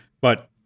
But-